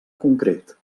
concret